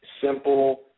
simple